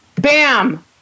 bam